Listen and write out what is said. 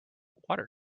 water